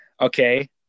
okay